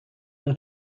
اون